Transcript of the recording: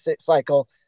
cycle